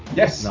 yes